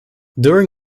during